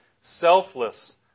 selfless